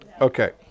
Okay